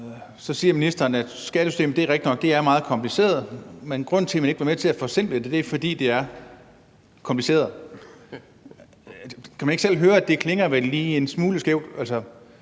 at det er rigtigt nok, at skattesystemet er meget kompliceret, men grunden til, at man ikke vil være med til at forsimple det, er, at det er kompliceret. Kan man ikke selv høre, at det vel klinger en smule skævt?